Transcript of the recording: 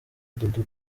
dudu